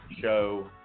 show